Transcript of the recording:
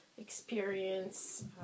experience